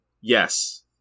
Yes